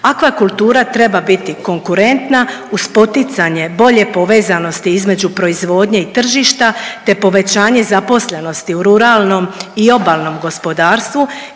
Aquakultura treba biti konkurentna uz poticanje bolje povezanosti između proizvodnje i tržišta, te povećanje zaposlenosti u ruralnom i obalnom gospodarstvu